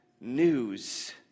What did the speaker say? news